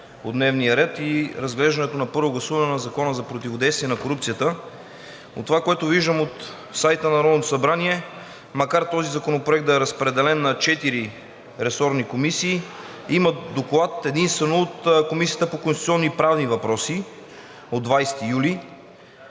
от дневния ред и разглеждането на първо гласуване на Закона за противодействие на корупцията. От това, което виждам от сайта на Народното събрание, макар този законопроект да е разпределен на четири ресорни комисии, има доклад единствено от Комисията по конституционни и правни въпроси от 20 юли.